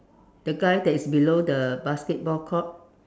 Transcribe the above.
the guy that is below the basketball court